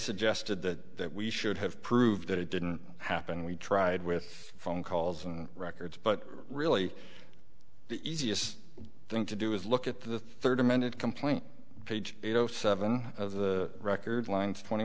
suggested that we should have proved that it didn't happen we tried with phone calls and records but really the easiest thing to do is look at the third amended complaint page eight zero seven the record lines twenty